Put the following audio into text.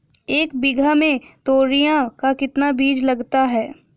एक बीघा में तोरियां का कितना बीज लगता है?